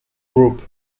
group